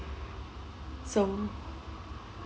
so